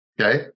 okay